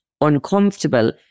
uncomfortable